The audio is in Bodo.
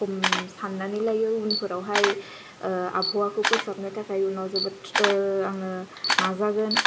साननानै लायो उनफोरावहाय आबहावाखौ फोसाबनो थाखाय उनाव जोबोत आङो नाजागोन